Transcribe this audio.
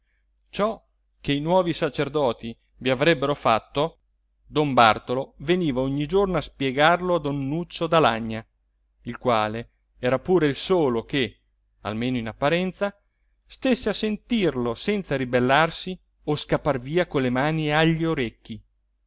ciò che i nuovi sacerdoti vi avrebbero fatto don bartolo veniva ogni giorno a spiegarlo a don nuccio d'alagna il quale era pure il solo che almeno in apparenza stesse a sentirlo senza ribellarsi o scappar via con le mani agli orecchi